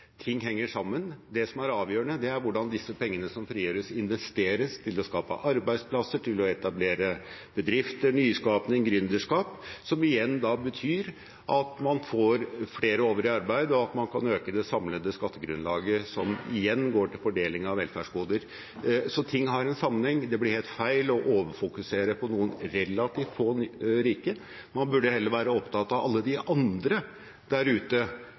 Ting henger sammen. Det avgjørende er hvordan disse pengene som frigjøres, investeres til å skape arbeidsplasser, til å etablere bedrifter, nyskaping, gründerskap – som igjen betyr at man får flere over i arbeid, og at man øker det samlede skattegrunnlaget, som igjen går til fordeling av velferdsgoder. Så ting har en sammenheng. Det blir helt feil å overfokusere på noen relativt få rike. Man burde heller være opptatt av alle de andre der ute